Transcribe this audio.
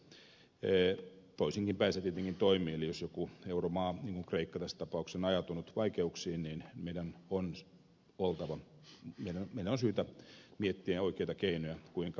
toisinkin päin se tietenkin toimii eli jos joku euromaa niin kuin kreikka tässä tapauksessa on ajautunut vaikeuksiin niin meidän on syytä miettiä oikeita keinoja kuinka päästämme maan pälkähästä